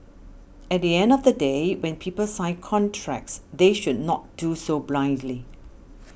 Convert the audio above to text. at the end of the day when people sign contracts they should not do so blindly